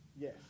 Yes